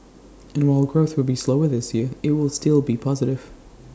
and while growth will be slower this year IT will still be positive